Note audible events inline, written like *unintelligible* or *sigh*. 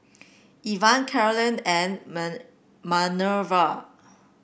Ivah Cailyn and *unintelligible* Manerva